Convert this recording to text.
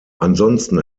ansonsten